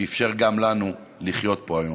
שאפשר גם לנו לחיות פה היום.